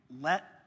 let